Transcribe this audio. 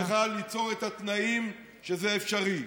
צריכה ליצור את התנאים שזה אפשרי.